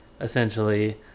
essentially